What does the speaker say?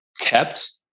kept